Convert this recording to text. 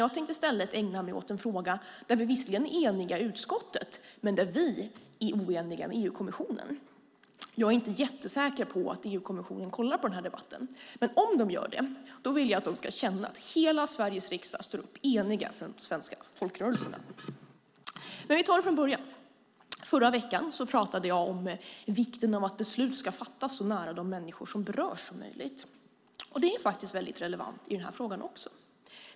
Jag ska i stället ägna mig åt en fråga där vi visserligen är eniga i utskottet, men där vi är oeniga med EU-kommissionen. Jag är inte helt säker på att EU-kommissionen följer den här debatten, men om de gör det vill jag att de ska känna att hela Sveriges riksdag står upp för de svenska folkrörelserna. Förra veckan pratade jag om vikten av att beslut fattas så nära de människor som berörs som möjligt. Det är faktiskt relevant i den här frågan också.